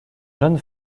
jeune